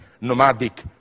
nomadic